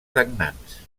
sagnants